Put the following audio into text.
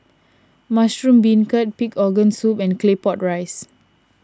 Mushroom Beancurd Pig Organ Soup and Claypot Rice